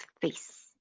face